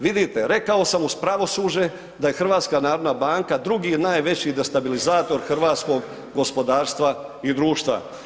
Vidite rekao sam uz pravosuđe da je je HNB drugi najveći destabilizator hrvatskog gospodarstva i društva.